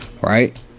right